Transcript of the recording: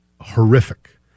horrific